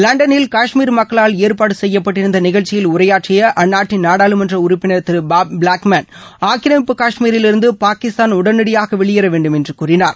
லண்டனில் காஷ்மீர் மக்களால் ஏற்பாடு செய்யப்பட்டிருந்த நிகழ்ச்சியில் உரையாற்றிய அந்நாட்டின் நாடாளுமன்ற உறுப்பினர் திரு பாப் பிளாக்மேன் ஆக்கிரமிப்பு காஷ்மீரிவிருந்து பாகிஸ்தான் உடனடியாக வெளியேற வேண்டும் என்று கூறினார்